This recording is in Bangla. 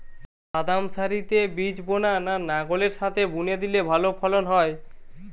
বাদাম সারিতে বীজ বোনা না লাঙ্গলের সাথে বুনে দিলে ভালো ফলন হয়?